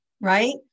Right